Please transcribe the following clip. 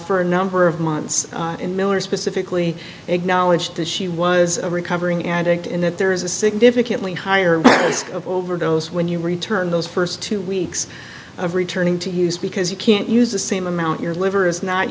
for a number of months in miller specifically acknowledged that she was a recovering addict and that there is a significantly higher risk of overdose when you return those st two weeks of returning to use because you can't use the same amount your liver is not